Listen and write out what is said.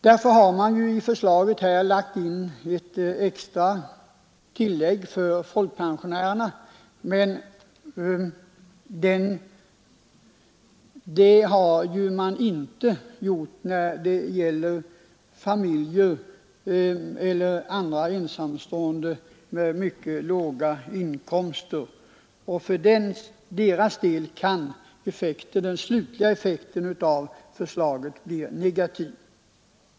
I propositionen föreslås ett särskilt pensionstillägg för folkpensionärerna, men man har inte tänkt på att kompensera övriga grupper med mycket låga inkomster. För deras del kan den slutliga effekten av förslaget bli negativt.